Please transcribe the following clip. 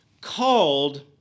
called